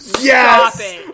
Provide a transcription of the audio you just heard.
yes